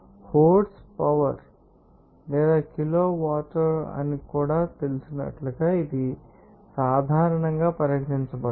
horsepower లేదా kilowatt అని మీకు తెలిసినట్లుగా ఇది సాధారణంగా పరిగణించబడుతుంది